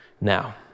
now